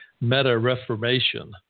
meta-reformation